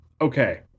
okay